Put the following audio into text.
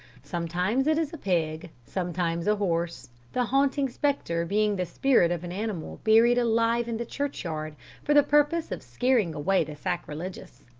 sometimes it is a pig, sometimes a horse, the haunting spectre being the spirit of an animal buried alive in the churchyard for the purpose of scaring away the sacrilegious.